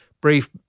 brief